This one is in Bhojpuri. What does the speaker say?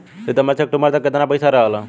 सितंबर से अक्टूबर तक कितना पैसा रहल ह?